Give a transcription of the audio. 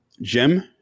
Jim